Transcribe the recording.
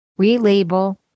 Relabel